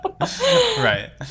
Right